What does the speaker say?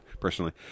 personally